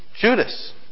Judas